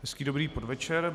Hezký dobrý podvečer.